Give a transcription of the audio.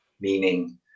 meaning